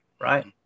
right